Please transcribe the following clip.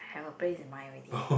have a place in mind already